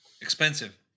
expensive